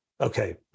okay